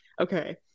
Okay